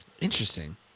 Interesting